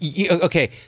Okay